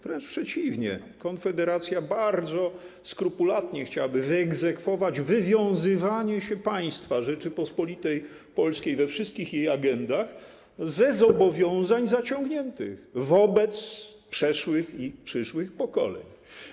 Wręcz przeciwnie, Konfederacja bardzo skrupulatnie chciałaby wyegzekwować wywiązywanie się państwa, Rzeczypospolitej Polskiej we wszystkich jej agendach, ze zobowiązań zaciągniętych wobec przeszłych i przyszłych pokoleń.